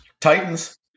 Titans